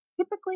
Typically